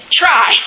try